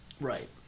Right